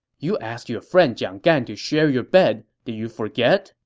you asked your friend jiang gan to share your bed. did you forget?